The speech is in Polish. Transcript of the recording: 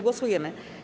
Głosujemy.